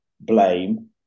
blame